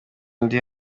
ndi